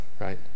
right